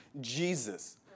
Jesus